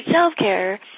self-care